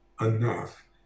enough